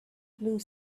blue